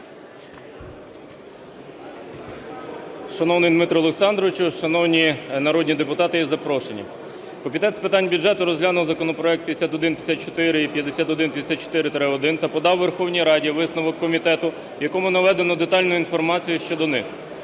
Шановний Дмитре Олександровичу, шановні народні депутати і запрошені, Комітет з питань бюджету розглянув законопроекти 5154 і 5154-1 та подав Верховній Раді висновок комітету, в якому наведено детальну інформацію щодо них.